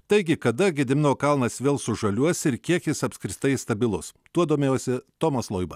taigi kada gedimino kalnas vėl sužaliuos ir kiek jis apskritai stabilus tuo domėjosi tomas loiba